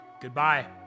goodbye